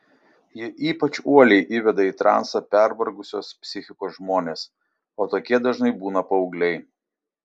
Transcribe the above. ji ypač uoliai įveda į transą pervargusios psichikos žmones o tokie dažnai būna paaugliai